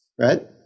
Right